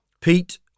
Pete